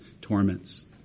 torments